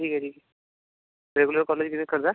ठीक आहे ठीक आहे रेग्युलर कॉलेज बिलेज करजा